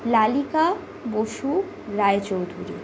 Lalika Basu Roychowdhury